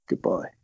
Goodbye